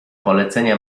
polecenia